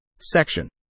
Section